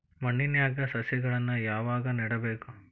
ಮಣ್ಣಿನ್ಯಾಗ್ ಸಸಿಗಳನ್ನ ಯಾವಾಗ ನೆಡಬೇಕು?